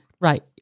Right